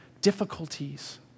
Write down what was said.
difficulties